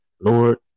Lord